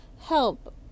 help